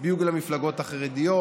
הצביעו למפלגות החרדיות,